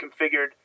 configured